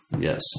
Yes